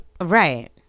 right